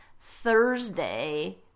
Thursday